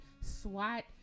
SWAT